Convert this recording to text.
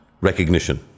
recognition